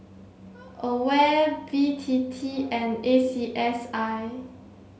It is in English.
AWARE B T T and A C S I